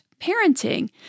parenting